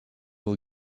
will